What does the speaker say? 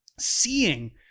seeing